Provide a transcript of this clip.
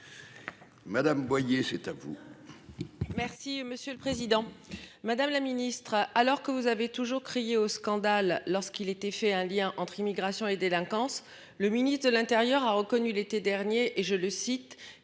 Madame Boyer, c'est à vous. Si Monsieur le Président Madame la Ministre alors que vous avez toujours crié au scandale lorsqu'il était fait un lien entre immigration et délinquance. Le ministre de l'Intérieur a reconnu l'été dernier et je le cite,